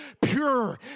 pure